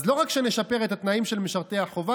אז לא רק שנשפר את התנאים של משרתי החובה,